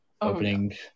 opening